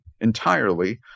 entirely